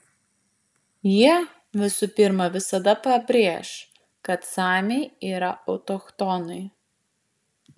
jie visų pirma visada pabrėš kad samiai yra autochtonai